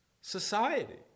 society